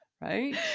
right